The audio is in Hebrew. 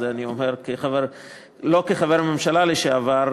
את זה אני אומר לא כחבר ממשלה לשעבר,